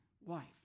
wife